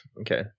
Okay